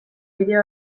bideo